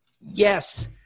yes